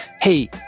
Hey